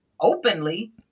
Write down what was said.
openly